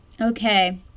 Okay